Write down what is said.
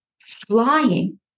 flying